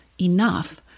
enough